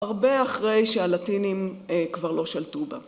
הרבה אחרי שהלטינים כבר לא שלטו בה.